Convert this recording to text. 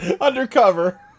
Undercover